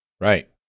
Right